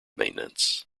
maintenance